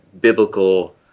biblical